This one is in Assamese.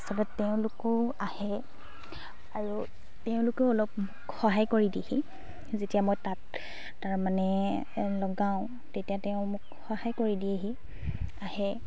আচলতে তেওঁলোকেও আহে আৰু তেওঁলোকেও অলপ মোক সহায় কৰি দিয়েহি যেতিয়া মই তাত তাৰমানে লগাওঁ তেতিয়া তেওঁ মোক সহায় কৰি দিয়েহি আহে